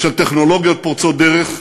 של טכנולוגיות פורצות דרך,